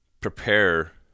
prepare